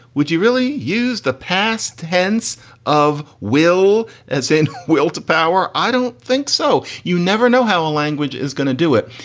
would you really use the past tense of will as it will to power? i don't think so. you never know how a language is going to do it.